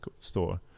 store